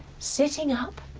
sitting up,